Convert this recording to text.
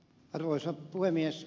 arvoisa puhemies